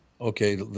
Okay